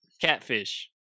Catfish